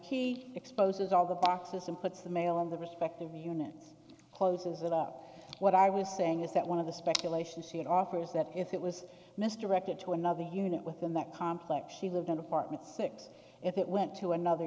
key exposes all the boxes and puts the mail in the respective units closes it up what i was saying is that one of the speculation she had offers that if it was misdirected to another unit within that complex she lived in apartment six if it went to another